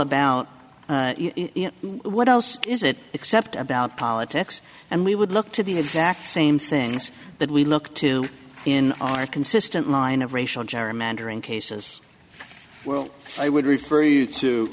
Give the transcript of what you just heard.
about what else is it except about politics and we would look to the exact same things that we look to in our consistent line of racial gerrymandering cases well i would refer you to